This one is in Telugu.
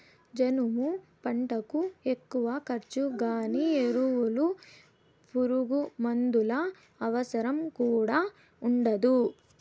జనుము పంటకు ఎక్కువ ఖర్చు గానీ ఎరువులు పురుగుమందుల అవసరం కూడా ఉండదు